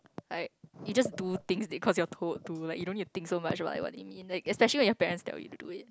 like you just do things because you thought to like you know you think so much like it mean especially when your parent tell you to do it